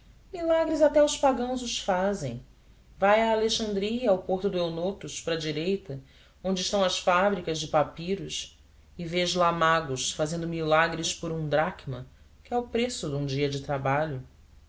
milagres até os pagãos os fazem vai a alexandria ao porto do eunotos para a direita onde estão as fábricas de papiros e vês lá magos fazendo milagres por uma dracma que é o preço de um dia de trabalho